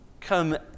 come